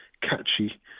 catchy